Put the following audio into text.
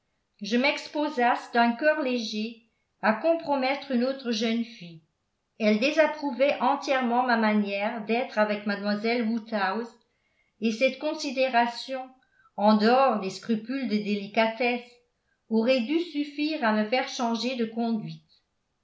je m'exposasse d'un cœur léger à compromettre une autre jeune fille elle désapprouvait entièrement ma manière d'être avec mlle woodhouse et cette considération en dehors des scrupules de délicatesse aurait dû suffire à me faire changer de conduite